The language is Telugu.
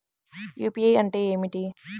యూ.పీ.ఐ అంటే ఏమిటి?